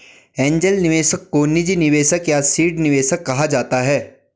angel निवेशक को निजी निवेशक या सीड निवेशक कहा जाता है